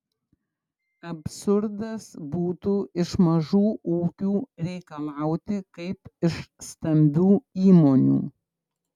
absurdas būtų iš mažų ūkių reikalauti kaip iš stambių įmonių